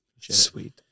Sweet